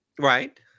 right